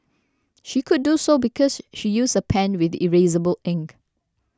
she could do so because she used a pen with erasable ink